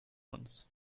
uns